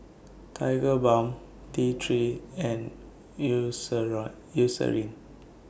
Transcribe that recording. Tigerbalm T three and Euceran Eucerin